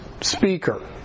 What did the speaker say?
speaker